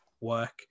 work